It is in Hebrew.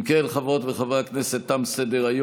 אם כן, חברות וחברי הכנסת, תם סדר-היום.